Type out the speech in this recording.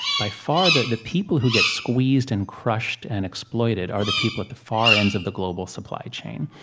by far the the people who get squeezed and crushed and exploited are the people at the far ends of the global supply chain.